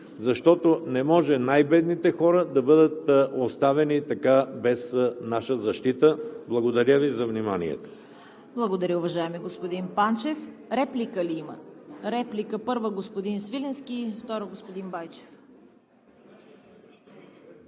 защото не може най-бедните хора да бъдат оставени така – без нашата защита. Благодаря Ви за вниманието.